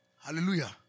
Hallelujah